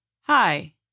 Hi